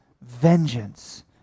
vengeance